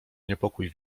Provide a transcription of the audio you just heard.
niepokój